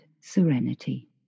serenity